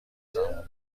زمانبر